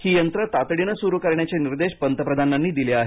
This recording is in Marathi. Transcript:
ही यंत्र तातडीने सुरू करण्याचे निर्देश पंतप्रधानांनी दिले आहेत